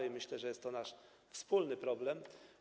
I myślę, że jest to nasz wspólny problem.